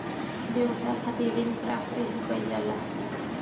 व्यवसाय खातिर ऋण प्राप्त कइसे कइल जाला?